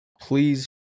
please